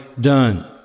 done